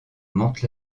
mantes